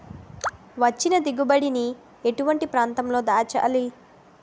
వచ్చిన దిగుబడి ని ఎటువంటి ప్రాంతం లో దాచాలి?